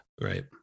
Right